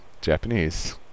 Japanese